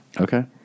Okay